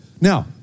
Now